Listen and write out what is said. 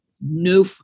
no